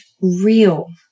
real